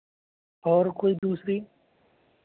और कोई दूसरी